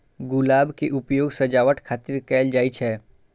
गुलाब के उपयोग सजावट खातिर कैल जाइ छै